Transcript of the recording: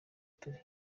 turi